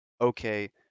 okay